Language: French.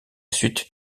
suite